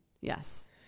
Yes